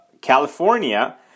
California